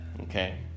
Okay